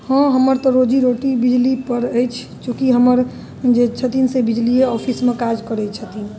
हँ हमर तऽ रोजी रोटी बिजलीपर अछि चूँकि हमर जे छथिन से बिजलिए ऑफिसमे काज करै छथिन